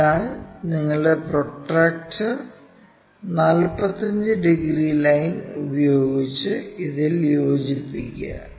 അതിനാൽ നിങ്ങളുടെ protractor 45 degree line ഉപയോഗിച്ച് ഇതിൽ യോജിപ്പിക്കുക